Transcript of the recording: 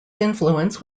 influence